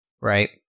Right